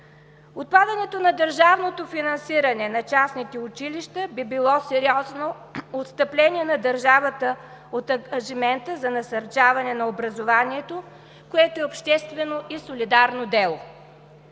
Отпадането на държавното финансиране на частните училища би било сериозно отстъпление на държавата от ангажимента за насърчаване на образованието, което е обществено и солидарно дело.